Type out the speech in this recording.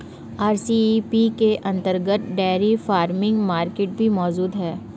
RCEP के अंतर्गत dairy farming market भी मौजूद है